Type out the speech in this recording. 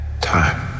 Time